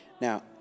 Now